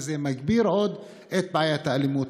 וזה מגביר עוד את בעיית האלימות.